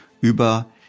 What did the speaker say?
über